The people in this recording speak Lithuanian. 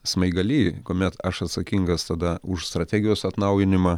smaigaly kuomet aš atsakingas tada už strategijos atnaujinimą